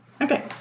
Okay